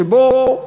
שבו,